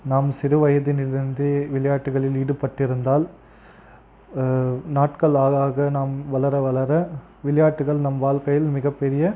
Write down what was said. நாம் சிறுவயதினிலிருந்து விளையாட்டுகளில் ஈடுபட்டிருந்தால் நாட்கள் ஆக ஆக நாம் வளர வளர விளையாட்டுகள் நம் வாழ்க்கையில் மிகப்பெரிய